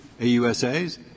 AUSAs